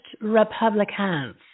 Republicans